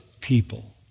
people